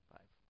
Five